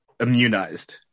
immunized